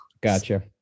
Gotcha